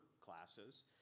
classes